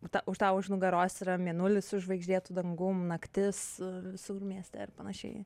ta už tau už nugaros yra mėnulis su žvaigždėtu dangum naktis visur mieste ir panašiai